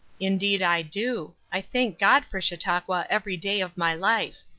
indeed i do i thank god for chautauqua every day of my life.